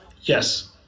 Yes